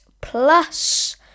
Plus